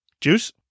Juice